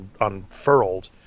unfurled